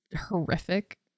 horrific